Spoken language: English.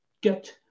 get